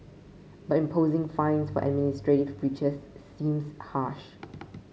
but imposing fines for administrative breaches seems harsh